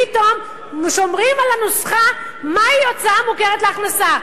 פתאום שומרים על הנוסחה מהי הוצאה מוכרת למס הכנסה.